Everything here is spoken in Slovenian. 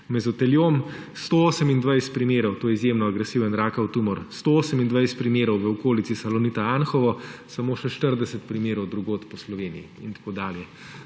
Mezoteliom 128 primerov, to je izjemno agresiven rakov tumor, 128 v okolici Salonita Anhovo, samo še 40 primerov drugod po Sloveniji in tako dalje.